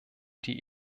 die